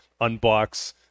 unbox